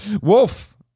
Wolf